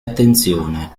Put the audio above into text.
attenzione